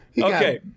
Okay